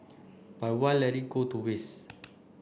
but why let it go to waste